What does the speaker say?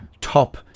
top